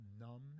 numb